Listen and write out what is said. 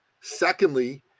secondly